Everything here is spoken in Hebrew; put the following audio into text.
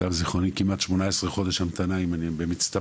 למיטב זיכרוני, כמעט 18 חודשים במצטבר